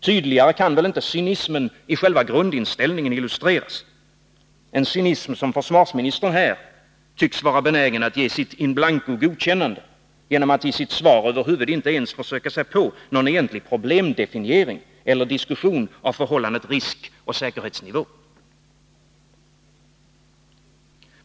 Tydligare kan väl inte cynismen i själva grundinställningen illustreras — en cynism som försvarsministern här tycks vara benägen att ge sitt godkännande in blanko genom att i sitt svar över huvud inte ens försöka sig på någon egentlig problemdefiniering eller diskussion av förhållandet risk-säkerhetsnivå.